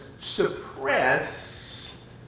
suppress